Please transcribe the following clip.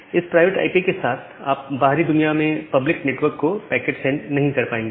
इस private IP के साथ आप बाहरी दुनिया में पब्लिक नेटवर्क को पैकेट सेंड नहीं कर पाएंगे